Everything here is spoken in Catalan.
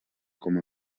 com